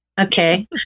Okay